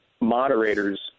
moderators